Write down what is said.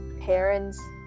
parents